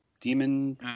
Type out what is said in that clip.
demon